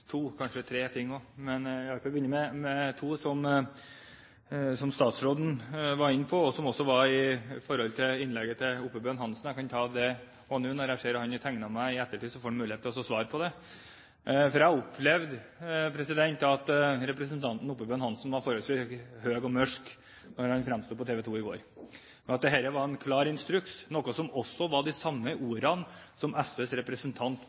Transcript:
som også gjaldt innlegget til Oppebøen Hansen. Jeg kan ta det også nå når jeg ser at han har tegnet seg – etterpå får han muligheten til å svare på det. Jeg opplevde det slik at representanten Oppebøen Hansen var forholdsvis høy og mørk da han fremsto på TV 2 i går, men at dette var en klar «instruks» – noe som også var de samme ordene som SVs representant